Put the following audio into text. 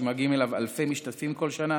שמגיעים אליו אלפי משתתפים כל שנה,